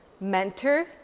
mentor